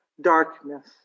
darkness